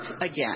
again